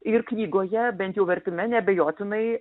ir knygoje bent jau vertime neabejotinai